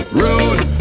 rude